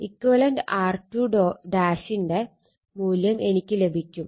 equivalent R2 ന്റെ മൂല്യം എനിക്ക് ലഭിക്കും